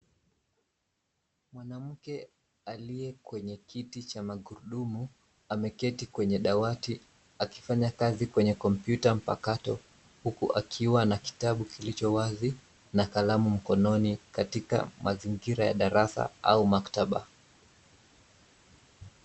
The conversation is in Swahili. Mwanamke aliye kwenye kiti cha magurudumu, ameketi kwenye dawati, akifanya kazi kwenye kompyuta mpakato, huku akiwa na kitabu kilicho wazi, na kalamu mkononi, katika mazingira ya darasa, au maktaba.